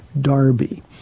Darby